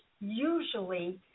usually